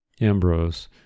Ambrose